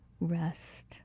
rest